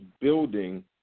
building